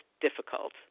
difficult